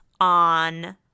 on